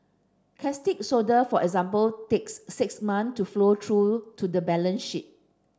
caustic soda for example takes six month to flow through to the balance sheet